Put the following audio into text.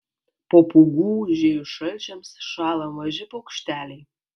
po pūgų užėjus šalčiams šąla maži paukšteliai